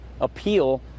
appeal